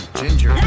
ginger